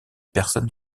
personnes